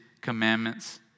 commandments